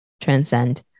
transcend